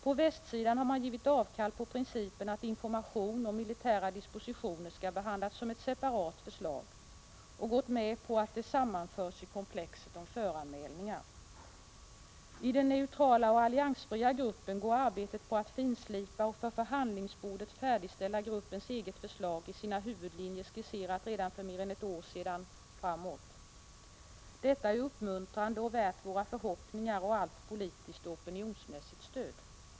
På västsidan har man givit avkall på principen att information om militära dispositioner skall behandlas som ett separat förslag och gått med på att det sammanförs i komplexet om föranmälningar. I den neutrala och alliansfria gruppen går arbetet på att finslipa och för förhandlingsbordet färdigställa gruppens eget förslag, i sina huvudlinjer skisserat för mer än ett år sedan, framåt. Detta är uppmuntrande och värt våra förhoppningar och allt politiskt och opinionsmässigt stöd.